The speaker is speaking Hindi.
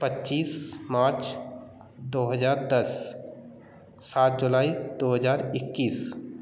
पच्चीस मार्च दो हज़ार दस सात जुलाई दो हज़ार इक्कीस